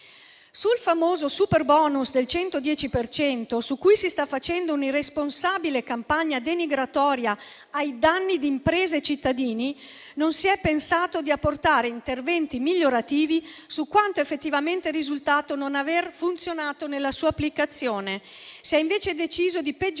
Sul famoso superbonus del 110 per cento, su cui si sta conducendo una irresponsabile campagna denigratoria ai danni di imprese e cittadini, non si è pensato di apportare interventi migliorativi su quanto effettivamente è risultato non aver funzionato nella sua applicazione. Si è, invece, deciso di peggiorare